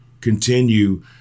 continue